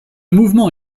mouvement